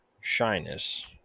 shyness